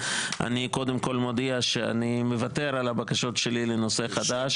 אני קודם כל מודיע שאני מוותר על הבקשות שלי לנושא חדש.